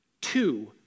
two